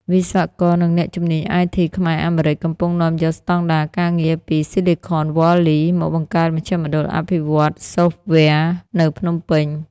វិស្វករ និងអ្នកជំនាញ IT ខ្មែរ-អាមេរិក កំពុងនាំយកស្ដង់ដារការងារពី Silicon Valley មកបង្កើតមជ្ឈមណ្ឌលអភិវឌ្ឍន៍សូហ្វវែរ នៅភ្នំពេញ។